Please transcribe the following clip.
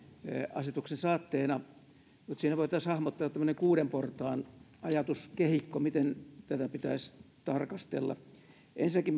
asetuksen saatteena mutta siinä voitaisiin hahmottaa tämmöinen seitsemän portaan ajatuskehikko miten tätä pitäisi tarkastella ensinnäkin